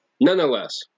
Nonetheless